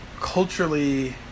Culturally